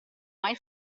mai